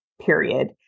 period